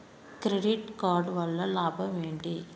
Credit card వల్ల లాభం ఏంటి?